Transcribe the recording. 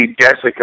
Jessica